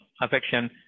affection